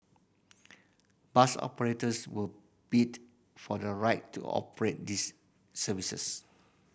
bus operators will bid for the right to operate these services